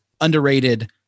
underrated